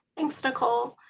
thanks, nicole.